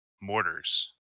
mortars